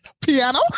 Piano